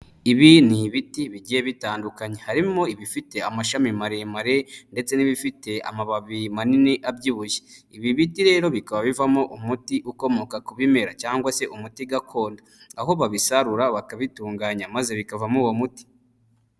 Ibi ni ibiti bigiye bitandukanye, harimo ibifite amashami maremare ndetse n'ibifite amababi manini abyibushye. Ibi biti rero bikaba bivamo umuti ukomoka ku bimera cyangwa se umuti gakondo, aho babisarura bakabitunganya maze bikavamo uwo muti.